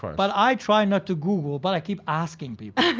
but but i try not to google, but i keep asking people.